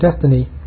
destiny